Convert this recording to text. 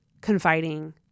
confiding